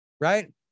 right